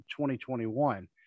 2021